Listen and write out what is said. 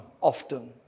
often